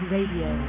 Radio